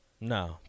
No